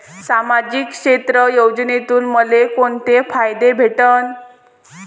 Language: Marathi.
सामाजिक क्षेत्र योजनेतून मले कोंते फायदे भेटन?